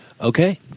Okay